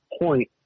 point